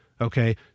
Okay